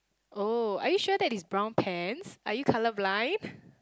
oh are you sure that is brown pants are you colourblind